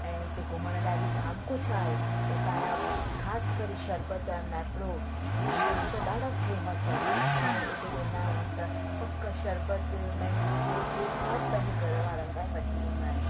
ऐं हुते घुमण लाइ बि जाम कुझु आहे हुतां जा ख़ासि करे शरबत ऐं मैप्रो जे शरबत ॾाढा फेमस आहिनि माण्हू हुते वेंदा आहिनि त पकु शरबत मैंगो जूस इहे सभु पंहिंजे घर वारनि लाइ वठी ईंदा आहिनि